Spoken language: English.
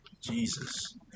Jesus